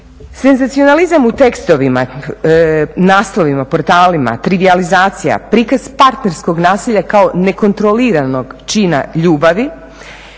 Senzacionalizam u tekstovima, naslovima, portalima, trigijalizacija, prikaz partnerskog nasilja kao nekontroliranog čina ljubavi,